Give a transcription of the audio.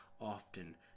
often